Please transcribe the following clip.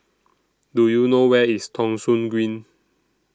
Do YOU know Where IS Thong Soon Green